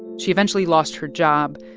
she eventually lost her job.